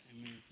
Amen